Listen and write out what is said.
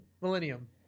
Millennium